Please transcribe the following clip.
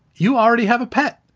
you already have a pet.